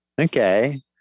Okay